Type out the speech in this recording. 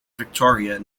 victoria